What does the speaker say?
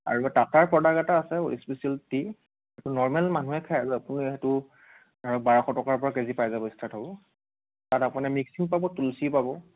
আৰু টাটাৰ প্ৰডাক্ট এটা আছে স্পেচিয়েল টি সেইটো নৰমেল মানুহে খাই আৰু আপুনি সেইটো বাৰশ টকাৰ পৰা কে জি পাই যাব ষ্টাৰ্ট হ'ব তাত আপুনি মিক্সিং পাব তুলসী পাব